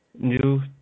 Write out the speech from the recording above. New